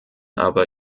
aber